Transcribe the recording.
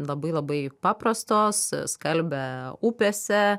labai labai paprastos skalbia upėse